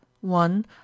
one